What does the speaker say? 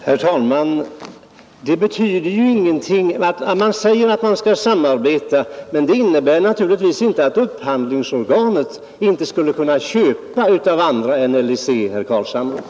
Herr talman! Man säger att man skall samarbeta, men det innebär naturligtvis inte att upphandlingsorganet inte skall kunna köpa av andra än av LIC, herr Carlshamre.